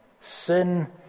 Sin